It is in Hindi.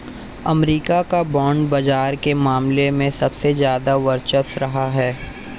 अमरीका का बांड बाजार के मामले में सबसे ज्यादा वर्चस्व रहा है